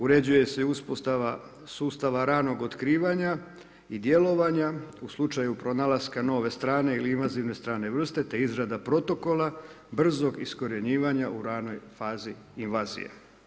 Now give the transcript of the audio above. Uređuje se uspostava sustava ranog otkrivanja i djelovanja u slučaju pronalaska nove strane ili invazivne strane vrste, te izrada protokola, brzog iskorjenjivanja u ranoj fazi invazije.